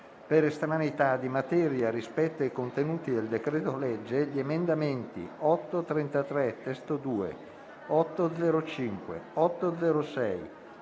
per estraneità di materia rispetto ai contenuti del decreto-legge, gli emendamenti 8.33 (testo 2), 8.0.5, 8.0.6,